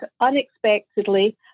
unexpectedly